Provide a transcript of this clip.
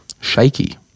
shaky